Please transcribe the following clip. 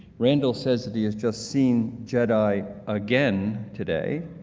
randall says he has just seen jedi again today,